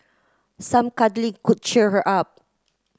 some cuddling could cheer her up